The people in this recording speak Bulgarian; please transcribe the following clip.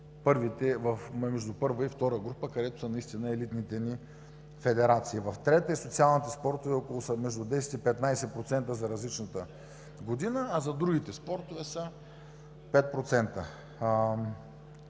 това са между първа и втора група, където са наистина елитните ни федерации. В трета група са специалните спортове, те са между 10 и 15% за различната година, а за другите спортове са 5%.